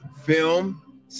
film